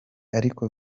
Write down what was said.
ariko